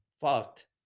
fucked